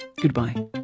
goodbye